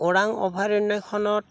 ওৰাং অভয়াৰণ্যখনত